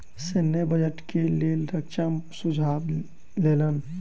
सैन्य बजट के लेल रक्षा मंत्री सुझाव लेलैन